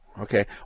Okay